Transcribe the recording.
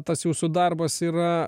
tas jūsų darbas yra